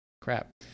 crap